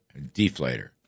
deflator